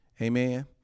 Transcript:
Amen